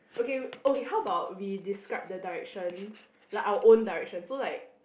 okay w~ okay how about we describe the directions like our own direction so like